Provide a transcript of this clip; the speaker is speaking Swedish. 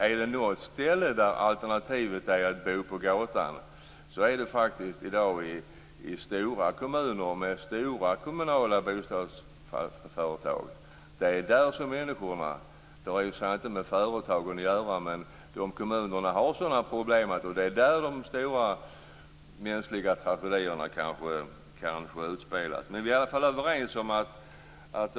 Är det något ställe där alternativet är att bo på gatan är det i dag i stora kommuner med stora kommunala bostadsföretag. Det har i och för sig inte med företagen att göra. De kommunerna har sådana problem. Det är där de stora mänskliga tragedierna kanske utspelas. Vi är i alla fall överens om följande.